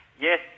Yes